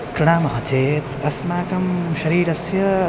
क्रीडामः चेत् अस्माकं शरीरस्य